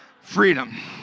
Freedom